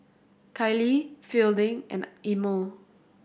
Kailee Fielding and Imo